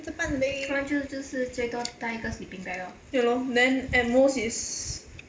看着办呗 k lor then at most is